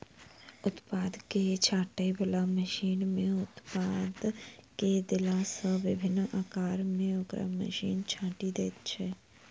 उत्पाद के छाँटय बला मशीन मे उत्पाद के देला सॅ विभिन्न आकार मे ओकरा मशीन छाँटि दैत छै